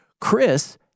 Chris